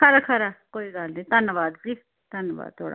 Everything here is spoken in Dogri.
खरा खरा कोई गल्ल नीं धनवाद जी धनवाद थोह्ड़ा